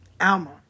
Alma